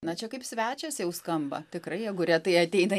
na čia kaip svečias jau skamba tikrai jeigu retai ateina